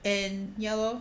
and ya lor